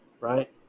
right